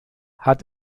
hat